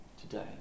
today